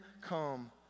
come